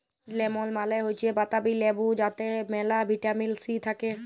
lemon মালে হৈচ্যে পাতাবি লেবু যাতে মেলা ভিটামিন সি থাক্যে